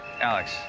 Alex